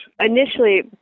Initially